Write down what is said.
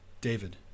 David